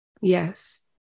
Yes